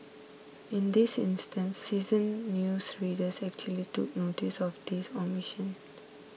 in this instance seasoned news readers actually took noticed of this omission